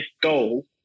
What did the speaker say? goal